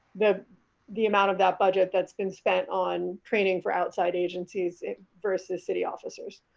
the the amount of that budget that's been spent on training for outside agencies verse the city officers,